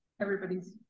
everybody's